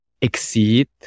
exceed